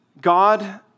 God